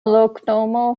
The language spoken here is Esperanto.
loknomo